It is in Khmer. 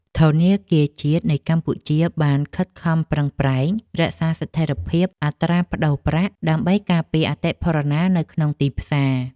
ធនាគារជាតិនៃកម្ពុជាបានខិតខំប្រឹងប្រែងរក្សាស្ថិរភាពអត្រាប្តូរប្រាក់ ដើម្បីការពារអតិផរណានៅក្នុងទីផ្សារ។